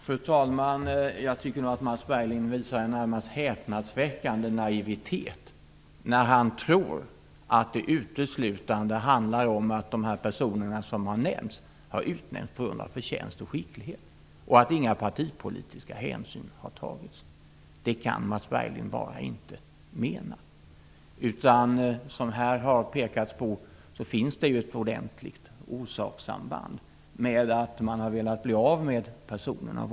Fru talman! Jag tycker att Mats Berglind visar en närmast häpnadsväckande naivitet när han tror att det uteslutande handlar om att de personer som har nämnts har utnämnts på grund av förtjänst och skicklighet och att inga partipolitiska hänsyn har tagits. Det kan Mats Berglind bara inte mena! Som jag här har visat finns det ju ett orsakssamband med att man av olika skäl har velat bli av med personen i fråga.